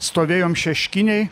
stovėjom šeškinėj